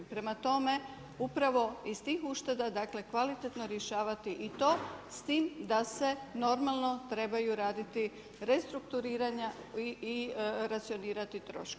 Prema tome upravo iz tih ušteda, dakle kvalitetno rješavati i to s time da se normalno trebaju raditi restrukturiranja i racionirati troškove.